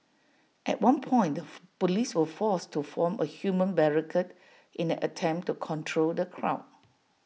at one point the Police were forced to form A human barricade in an attempt to control the crowd